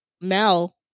Mel